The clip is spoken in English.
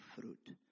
Fruit